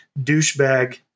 douchebag